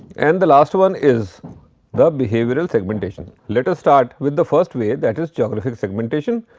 and the last one is the behavioral segmentation. let us start with the first way that is geographic segmentation.